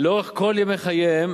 לאורך כל ימי חייהם